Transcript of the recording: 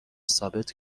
ثابت